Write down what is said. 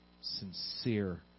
sincere